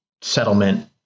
settlement